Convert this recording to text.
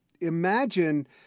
imagine